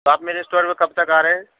تو آپ میرے اسٹور پہ کب تک آ رہے ہیں